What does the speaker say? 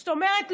זאת אומרת,